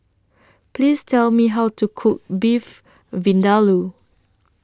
Please Tell Me How to Cook Beef Vindaloo